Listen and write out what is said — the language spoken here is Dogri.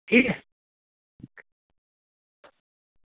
ठीक ऐ